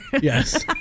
Yes